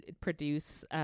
produce